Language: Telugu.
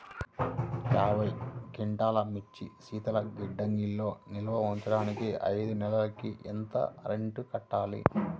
యాభై క్వింటాల్లు మిర్చి శీతల గిడ్డంగిలో నిల్వ ఉంచటానికి ఐదు నెలలకి ఎంత రెంట్ కట్టాలి?